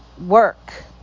work